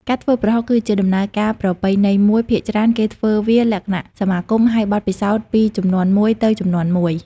ការធ្វើប្រហុកគឺជាដំណើរការប្រពៃណីមួយ ភាគច្រើនគេធ្វើវាលក្ខណៈសហគមន៍ ហើយបទពិសោធន៍ពីជំនាន់មួយទៅជំនាន់មួយ។